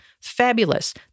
Fabulous